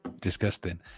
disgusting